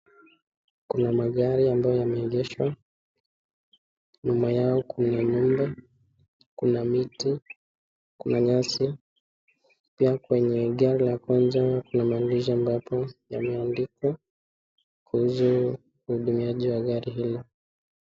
Kuna magari ambayo yameegeshwa nyuma yao kuna ng'ombe, kuna miti, kuna nyasi pia kwenye gara la kwanza kuna naandishi ambapo yameandikwa kuhusu hudumiaji wa gari hilo.